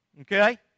Okay